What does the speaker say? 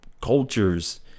cultures